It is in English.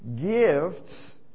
gifts